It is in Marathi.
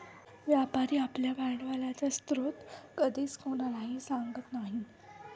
व्यापारी आपल्या भांडवलाचा स्रोत कधीच कोणालाही सांगत नाही